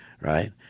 right